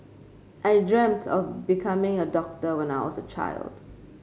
I dreamt of becoming a doctor when I was a child